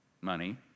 money